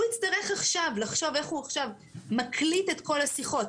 הוא יצטרך עכשיו לחשוב איך הוא מקליט את כל השיחות,